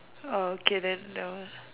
oh okay then uh